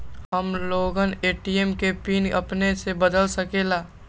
हम लोगन ए.टी.एम के पिन अपने से बदल सकेला?